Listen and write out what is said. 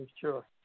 sure